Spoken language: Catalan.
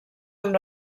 amb